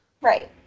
Right